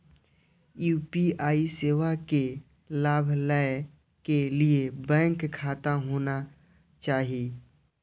UPI सेवा के लाभ लै के लिए बैंक खाता होना चाहि?